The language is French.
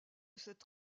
cette